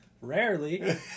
rarely